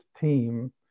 team